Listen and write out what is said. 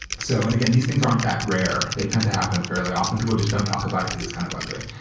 so and again, these things aren't that rare. they tend to happen fairly often. people just don't talk about it because it's kind of ugly.